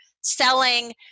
selling